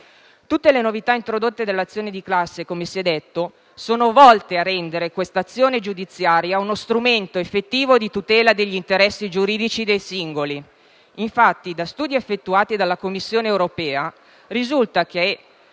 Tutte le novità introdotte nell'azione di classe, come si è detto, sono volte a rendere questa azione giudiziaria uno strumento effettivo di tutela degli interessi giuridici dei singoli. Infatti, da studi effettuati dalla Commissione europea, risulta che,